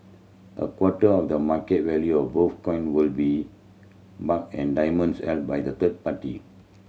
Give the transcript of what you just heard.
a quarter of the market value of both coin will be mark and diamonds held by the third party